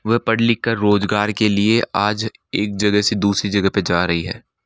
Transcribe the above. वह पढ़ लिख कर रोजगार के लिए आज एक जगह से दूसरी जगह पर जा रही है